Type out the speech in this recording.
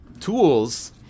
tools